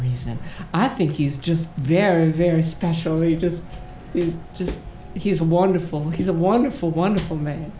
reason i think he's just very very special you just he's just he's a wonderful he's a wonderful wonderful man